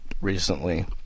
recently